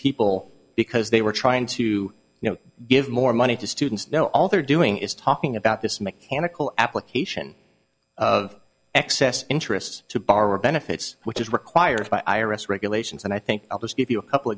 people because they were trying to you know give more money to students now all they're doing is talking about this mechanical application of excess interest to borrower benefits which is required by i r s regulations and i think i'll just give you a couple